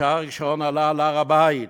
כשאריק שרון עלה להר-הבית,